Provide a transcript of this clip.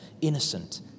Innocent